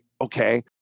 okay